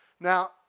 Now